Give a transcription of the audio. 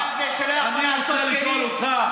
אני מציע שלא,